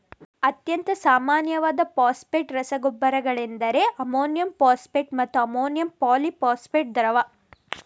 ಅತ್ಯಂತ ಸಾಮಾನ್ಯವಾದ ಫಾಸ್ಫೇಟ್ ರಸಗೊಬ್ಬರಗಳೆಂದರೆ ಅಮೋನಿಯಂ ಫಾಸ್ಫೇಟ್ ಮತ್ತೆ ಅಮೋನಿಯಂ ಪಾಲಿ ಫಾಸ್ಫೇಟ್ ದ್ರವ